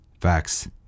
facts